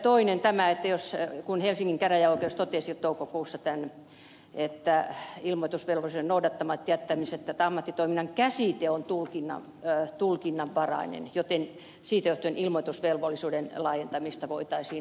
toinen on tämä kun helsingin käräjäoikeus totesi toukokuussa ilmoitusvelvollisuuden noudattamatta jättämisestä että ammattitoiminnan käsite on tulkinnanvarainen joten siitä johtuen ilmoitusvelvollisuuden laajentamista voitaisiin harkita